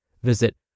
Visit